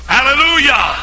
Hallelujah